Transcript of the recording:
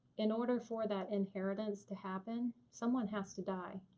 in order for that inheritance to happen, someone has to die.